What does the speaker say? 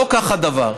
לא כך הדבר.